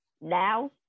now